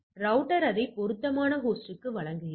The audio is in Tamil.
ரௌட்டர் அதை பொருத்தமான ஹோஸ்டுக்கு வழங்குகிறது